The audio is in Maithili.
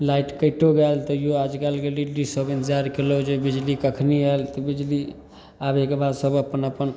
लाइट कटिओ गोल तैओ आजकलके लेडीसभ इन्तिजार कएलक जे बिजली कखन आएल तऽ बिजली आबैके बाद सभ अपन अपन